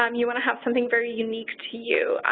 um you want to have something very unique to you.